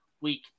week